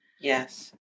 Yes